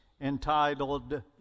entitled